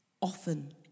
often